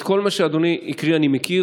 את כל מה שאדוני הקריא אני מכיר,